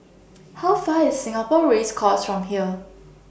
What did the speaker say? How Far IS Singapore Race Course from here